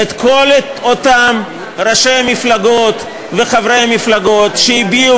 כל אותם ראשי מפלגות וחברי מפלגות שהביעו,